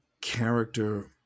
character